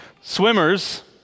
Swimmers